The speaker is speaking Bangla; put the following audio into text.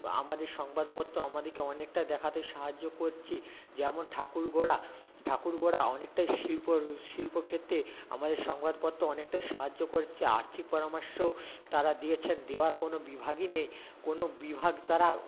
আমাদের সংবাদপত্র আমাদিকে অনেকটা দেখাতে সাহায্য করছে যেমন ঠাকুর গড়া ঠাকুর গড়া অনেকটাই শিল্প শিল্পক্ষেত্রে আমাদের সংবাদপত্র অনেকটাই সাহায্য করছে আর্থিক পরামর্শও তারা দিয়েছেন দেওয়ার কোনো বিভাগই নেই কোনো বিভাগ তারা